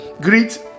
Greet